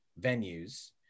venues